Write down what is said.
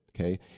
Okay